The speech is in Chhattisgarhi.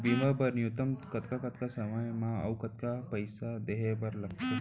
बीमा बर न्यूनतम कतका कतका समय मा अऊ कतका पइसा देहे बर लगथे